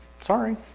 Sorry